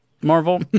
marvel